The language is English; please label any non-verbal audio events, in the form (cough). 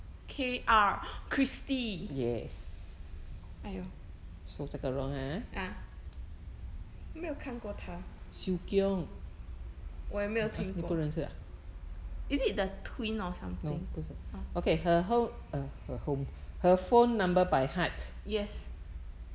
K R (breath) kristy !aiyo! ah 没有看过她我也没有听过 is it the twin or something mm yes